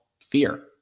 fear